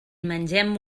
mengem